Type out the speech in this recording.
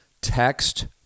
Text